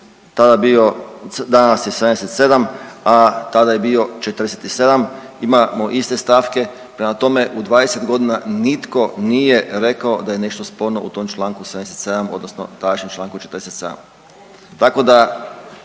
danas je 77., a tada je bio 47. imamo iste stavke. Prema tome, u 20 godina nitko nije rekao da je nešto sporno u tom Članku 77. odnosno tadašnjem Članku 47.